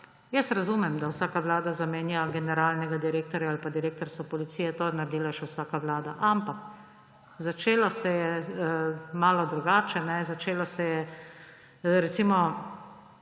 Jaz razumem, da vsaka vlada zamenja generalnega direktorja ali pa direktorico Policije. To je naredila še vsaka vlada. Ampak začelo se je malo drugače. Po hitrem